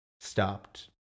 stopped